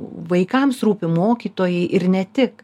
vaikams rūpi mokytojai ir ne tik